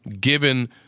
given